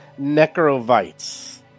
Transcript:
necrovites